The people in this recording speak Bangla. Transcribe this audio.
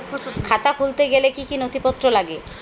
খাতা খুলতে গেলে কি কি নথিপত্র লাগে?